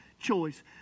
choice